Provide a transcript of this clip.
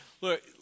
Look